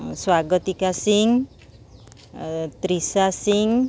Swagatika Singh Trisha Singh